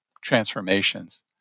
transformations